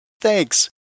Thanks